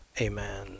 Amen